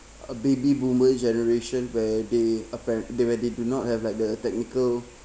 a baby boomer generation where they appar~ where they do not have like the technical